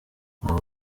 avuga